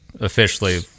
officially